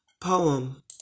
poem